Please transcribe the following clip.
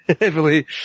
heavily